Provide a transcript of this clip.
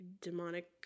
demonic